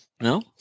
no